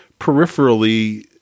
peripherally